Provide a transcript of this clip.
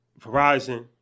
Verizon